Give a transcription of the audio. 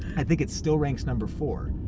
i think it still ranks number four,